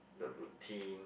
the routine